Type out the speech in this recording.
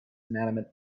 inanimate